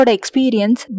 experience